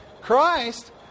Christ